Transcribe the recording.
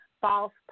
false